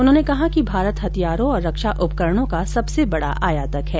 उन्होंने कहा कि भारत हथियारों और रक्षा उपकरणों का सबसे बड़ा आयातक है